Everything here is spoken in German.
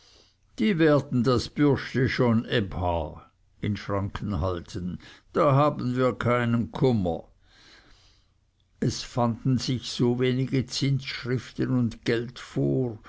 die werden das bürschli schon ebha da haben wir keinen kummer es fanden sich so wenige zinsschriften und geld vor